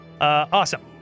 Awesome